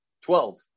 Twelve